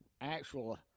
actual